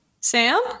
sam